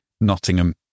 Nottingham